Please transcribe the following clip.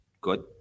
Good